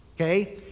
Okay